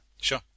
Sure